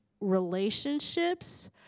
relationships